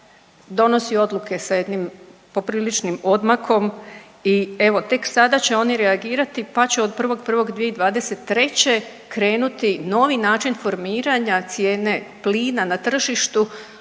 donosi odluke sa jednim popriličnim odmakom i evo tek sada će oni reagirati pa će od 1.1.2023. krenuti novi način formiranja cijene plina na tržištu,